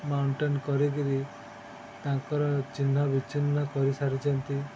mountain କରିକିରି ତାଙ୍କର ଚିହ୍ନ ବିଚ୍ଛିନ୍ନ କରିସାରିଛନ୍ତି